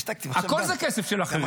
הכול זה כסף של אחרים.